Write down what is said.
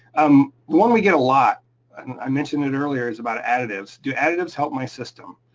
um the one we get a lot, and i mentioned it earlier, is about additives, do additives help my system?